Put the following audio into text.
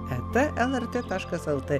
eta lrt taškas lt